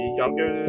younger